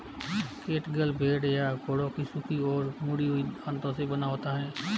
catgut भेड़ या घोड़ों की सूखी और मुड़ी हुई आंतों से बना होता है